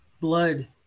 blood